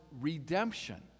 redemption